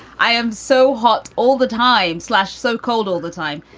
i am so hot all the time slash so cold all the time.